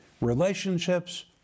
Relationships